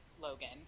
Logan